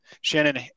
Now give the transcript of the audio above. Shannon